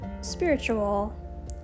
spiritual